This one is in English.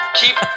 keep